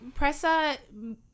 Pressa